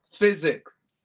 Physics